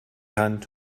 hand